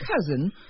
cousin